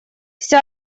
вся